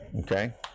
okay